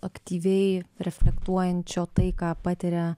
aktyviai reflektuojančio tai ką patiria